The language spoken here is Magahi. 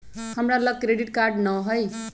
हमरा लग क्रेडिट कार्ड नऽ हइ